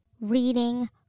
Reading